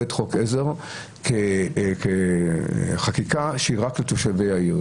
את חוק העזר כחקיקה שהיא רק לתושבי העיר,